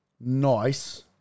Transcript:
Nice